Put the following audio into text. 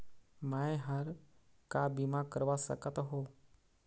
मैं हर का बीमा करवा सकत हो?